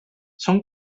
són